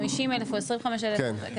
50,000 או 25,000. נכון.